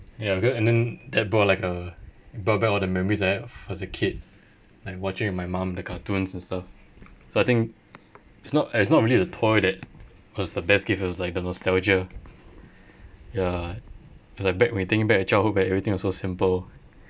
ya beca~ and then that brought like uh brought back all memories I had f~ as a kid like watching with my mum the cartoons and stuff so I think it's not it's not really the toy that was the best gift it was like the nostalgia ya it's like back when you think back a childhood where everything was so simple